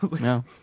No